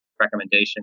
recommendation